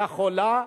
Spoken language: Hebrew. היא היתה בסדר.